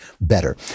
better